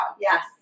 Yes